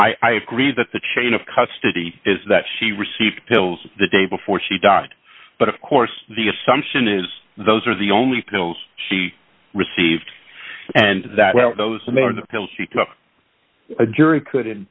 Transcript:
not i agree that the chain of custody is that she received pills the day before she died but of course the assumption is those are the only pills she received and that well those pills a jury could